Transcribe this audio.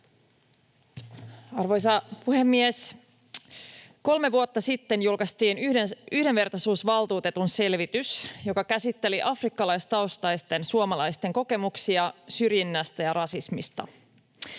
Arvoisa puhemies! Kolme vuotta sitten julkaistiin yhdenvertaisuusvaltuutetun selvitys, joka käsitteli afrikkalaistaustaisten suomalaisten kokemuksia syrjinnästä ja rasismista.